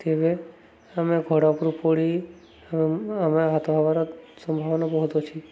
ତେବେ ଆମେ ଘୋଡ଼ା ଉପରୁ ପଡ଼ି ଆହାତ ହେବାର ସମ୍ଭାବନା ବହୁତ ଅଛି